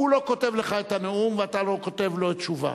הוא לא כותב לך את הנאום, ואתה לא כותב לו תשובה.